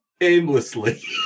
aimlessly